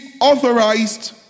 authorized